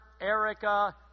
Erica